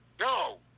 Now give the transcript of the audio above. No